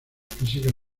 físicas